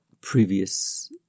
previous